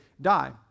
die